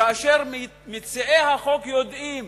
כאשר מציעי החוק יודעים